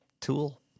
tool